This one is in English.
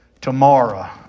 tomorrow